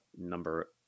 number